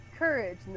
courage